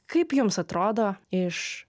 kaip jums atrodo iš